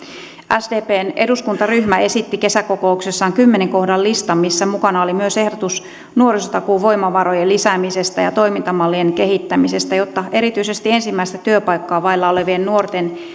sdpn eduskuntaryhmä esitti kesäkokouksessaan kymmenen kohdan listan missä mukana oli myös ehdotus nuorisotakuuvoimavarojen lisäämisestä ja toimintamallien kehittämisestä jotta erityisesti ensimmäistä työpaikkaa vailla olevien nuorten